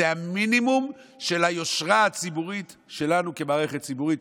זה המינימום של היושרה הציבורית שלנו כמערכת ציבורית.